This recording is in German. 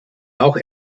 auch